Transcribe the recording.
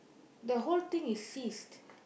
the whole thing is ceased